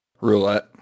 Roulette